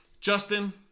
Justin